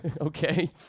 Okay